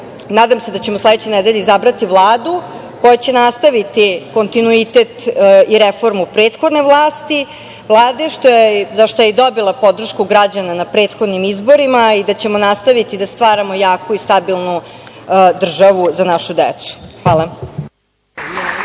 nadam se da ćemo sledeće nedelje izabrati Vladu koja će nastaviti kontinuitet i reformu prethodne vlasti, za šta je i dobila podršku građana na prethodnim izborima i da ćemo nastaviti da stvaramo jaku i stabilnu državu za našu decu. Hvala.